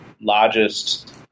largest